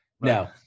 No